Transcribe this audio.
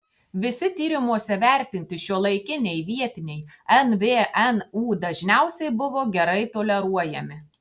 visi tyrimuose vertinti šiuolaikiniai vietiniai nvnu dažniausiai buvo gerai toleruojami